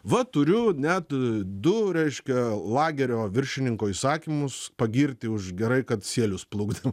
va turiu net du reiškia lagerio viršininko įsakymus pagirti už gerai kad sielius plukdėm